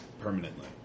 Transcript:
permanently